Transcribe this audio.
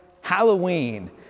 Halloween